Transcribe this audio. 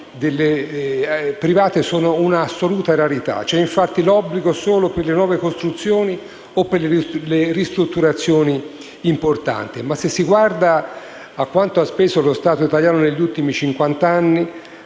delle abitazioni private sono un'assoluta rarità: c'è, infatti, l'obbligo solo per le nuove costruzioni o per le ristrutturazioni importanti. Tuttavia, se si guarda a quanto ha speso lo Stato italiano negli ultimi